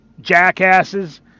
jackasses